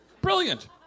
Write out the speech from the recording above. Brilliant